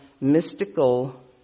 mystical